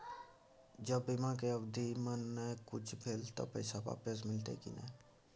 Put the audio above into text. ज बीमा के अवधि म नय कुछो भेल त पैसा वापस मिलते की नय?